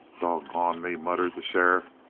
doggone me, muttered the sheriff.